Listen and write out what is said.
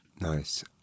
Nice